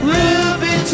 Ruby